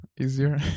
easier